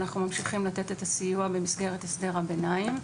אנחנו ממשיכים לתת את הסיוע במסגרת הסדר הביניים,